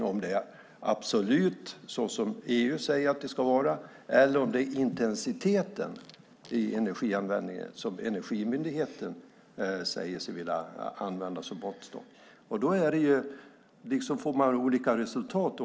Ska beräkningen vara absolut, som EU säger att den ska vara, eller ska måttstocken vara intensiteten i energianvändningen, som Energimyndigheten säger sig vilja använda? Beroende på hur man tolkar detta får man olika resultat.